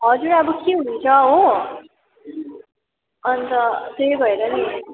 हजुर अब के हुन्छ हो अन्त त्यही भएर पनि